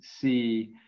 see